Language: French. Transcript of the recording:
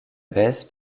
baisse